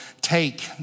take